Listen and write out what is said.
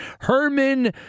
Herman